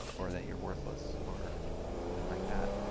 or that you're worthless, or something like that,